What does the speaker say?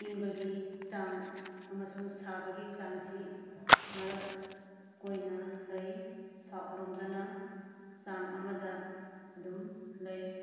ꯏꯪꯕꯒꯤ ꯆꯥꯡ ꯑꯃꯁꯨꯡ ꯁꯥꯕꯒꯤ ꯆꯥꯡꯁꯤ ꯃꯔꯛ ꯑꯣꯏꯅ ꯂꯩ ꯁꯥꯎꯠ ꯂꯣꯝꯗꯅ ꯆꯥꯡ ꯑꯃꯗ ꯑꯗꯨꯝ ꯂꯩ